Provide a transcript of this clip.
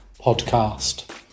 podcast